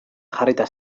jarrita